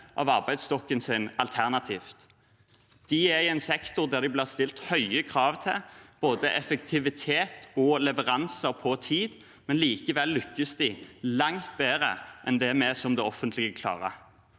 av arbeidsstokken sin alternativt. De er i en sektor der det blir stilt høye krav til både effektivitet og leveranser på tid, men likevel lykkes de langt bedre enn det det offentlige klarer.